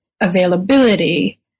availability